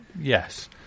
Yes